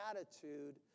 attitude